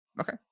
okay